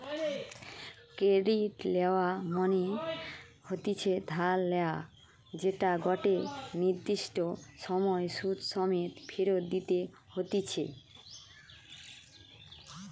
credit লেওয়া মনে হতিছে ধার লেয়া যেটা গটে নির্দিষ্ট সময় সুধ সমেত ফেরত দিতে হতিছে